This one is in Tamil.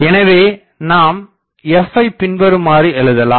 எனவே நாம் f ஐ பின்வருமாறு எழுதலாம்